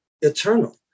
eternal